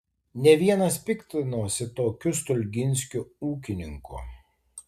ne vienas piktinosi tokiu stulginskiu ūkininku